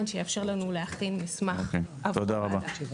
כך שיתאפשר לנו להכין מסמך עבור הוועדה.